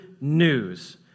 news